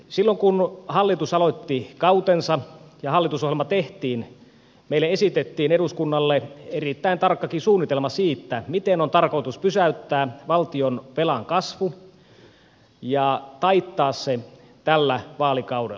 silloin kun hallitus aloitti kautensa ja hallitusohjelma tehtiin eduskunnalle esitettiin erittäin tarkkakin suunnitelma siitä miten on tarkoitus pysäyttää valtionvelan kasvu ja taittaa se tällä vaalikaudella